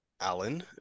Alan